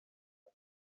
وحش